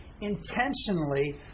intentionally